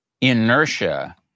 inertia